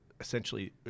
essentially